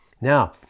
Now